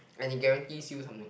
and it guarantees you something